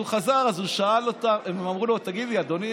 הוא חזר והם אמרו לו: תגיד לי, אדוני